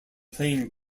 playing